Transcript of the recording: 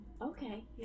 okay